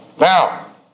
Now